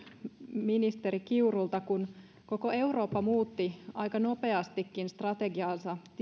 ministeri kiurulta siitä kun koko eurooppa muutti aika nopeastikin strategiansa